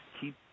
keep